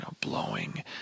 blowing